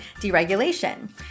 deregulation